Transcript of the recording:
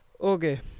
Okay